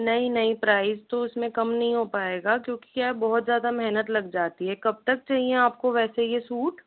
नहीं नहीं प्राइस तो इसमें कम नहीं हो पाएगा क्योंकि आप बहुत ज़्यादा मेहनत लग जाती है कब तक चाहिए आपको वैसे यह सूट